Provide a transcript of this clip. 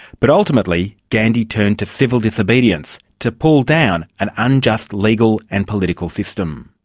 but ultimately, gandhi turned to civil disobedience to pull down an unjust legal and political system.